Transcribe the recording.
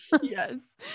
yes